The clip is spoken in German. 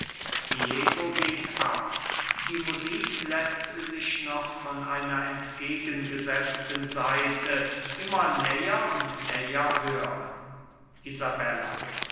geht ab die musik läßt sich noch von einer entgegengesetzten seite immer näher und näher hören isabella